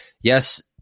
yes